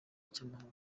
cy’amahoro